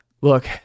Look